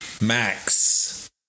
Max